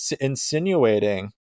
insinuating